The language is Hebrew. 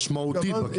משמעותית.